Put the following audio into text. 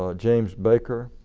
ah james baker,